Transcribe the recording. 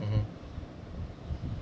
mmhmm